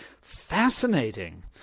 fascinating